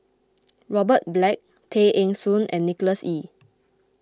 Robert Black Tay Eng Soon and Nicholas Ee